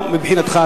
מבחינתך,